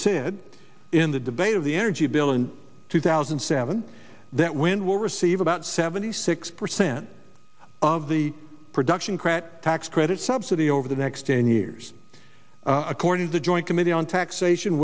said in the debate of the energy bill in two thousand and seven that wind will receive about seventy six percent of the production crat tax credits subsidy over the next ten years according to the joint committee on taxation